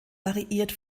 variiert